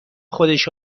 خودش